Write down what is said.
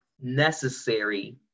necessary